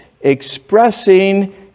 expressing